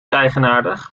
eigenaardig